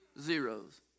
zeros